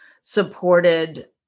supported